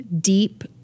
deep